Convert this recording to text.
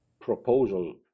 proposal